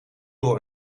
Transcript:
door